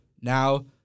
Now